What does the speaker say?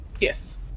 Yes